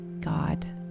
God